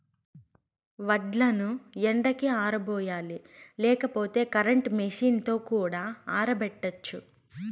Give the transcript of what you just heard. వడ్లను ఎండకి ఆరబోయాలి లేకపోతే కరెంట్ మెషీన్ తో కూడా ఆరబెట్టచ్చు